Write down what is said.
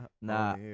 Nah